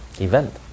event